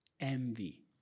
envy